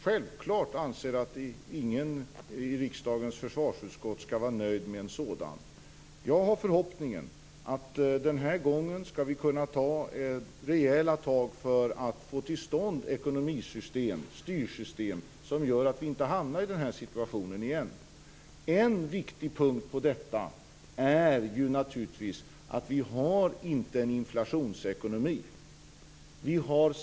Självfallet anser jag inte att någon i riksdagens försvarsutskott skall vara nöjd med något sådant. Jag har förhoppningen att vi den här gången skall kunna ta rejäla tag för att få till stånd ett ekonomiskt styrsystem som gör att vi inte hamnar i den här situationen igen. En viktig punkt i detta är naturligtvis att vi inte har en inflationsekonomi.